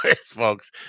folks